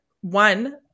one